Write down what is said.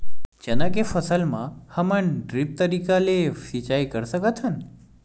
चना के फसल म का हमन ड्रिप तरीका ले सिचाई कर सकत हन?